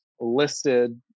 listed